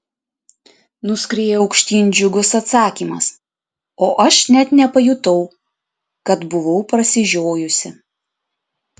nuskrieja aukštyn džiugus atsakymas o aš net nepajutau kad buvau prasižiojusi